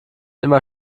immer